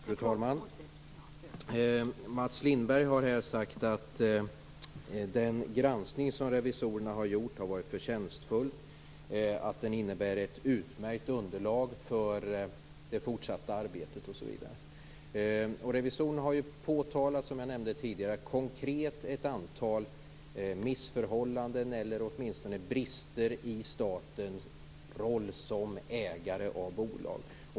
Fru talman! Mats Lindberg har här sagt att den granskning som revisorerna har gjort har varit förtjänstfull, att den innebär ett utmärkt underlag för det fortsatta arbetet osv. Revisorerna har påtalat ett antal konkreta missförhållanden eller brister i statens roll som ägare av bolag.